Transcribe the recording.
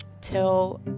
till